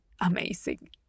amazing